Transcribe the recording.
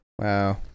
Wow